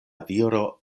viro